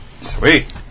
Sweet